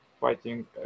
fighting